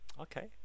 Okay